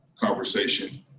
conversation